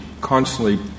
constantly